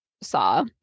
saw